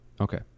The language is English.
Okay